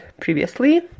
previously